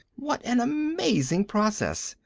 what an amazing process,